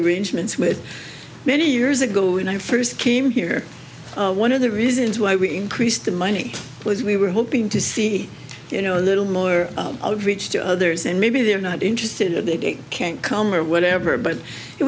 arrangements with many years ago when i first came here one of the reasons why we increased the money was we were hoping to see you know a little more outreach to others and maybe they're not interest they can't come or whatever but it